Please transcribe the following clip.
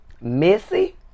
Missy